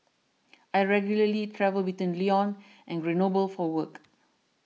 I regularly travel between Lyon and Grenoble for work